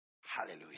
Hallelujah